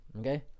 Okay